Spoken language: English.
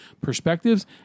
perspectives